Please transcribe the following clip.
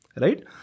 right